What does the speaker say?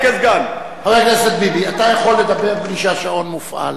חבר הכנסת ביבי, אתה יכול לדבר בלי שהשעון מופעל,